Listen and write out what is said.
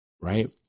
right